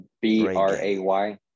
B-R-A-Y